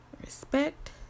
respect